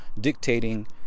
dictating